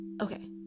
okay